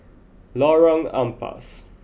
Lorong Ampas